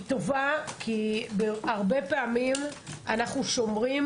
היא טובה כי הרבה פעמים אנחנו שומעים,